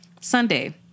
sunday